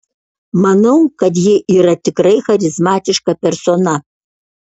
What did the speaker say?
manau kad ji yra tikrai charizmatiška persona